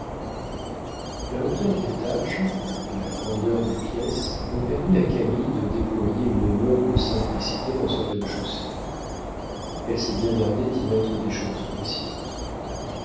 la hauteur d'étage la grandeur des pièces ont permis à camille de déployer une noble simplicité dans ce rez-de-chaussée elle s'est bien gardée d'y mettre des choses précieuses